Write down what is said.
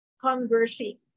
conversing